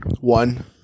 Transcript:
One